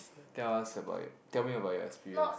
tell us about your tell me about your experience